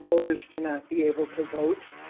voters to not be able to vote,